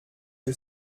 que